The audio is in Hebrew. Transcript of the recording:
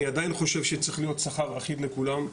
אני עדיין חושב שצריך להיות שכר אחיד לכולם.